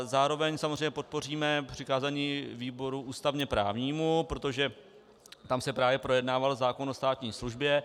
Zároveň samozřejmě podpoříme přikázání výboru ústavněprávnímu, protože tam se právě projednával zákon o státní službě.